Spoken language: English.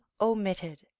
omitted